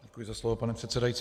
Děkuji za slovo, pane předsedající.